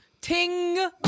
Ting